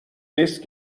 نیست